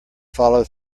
follow